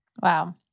Wow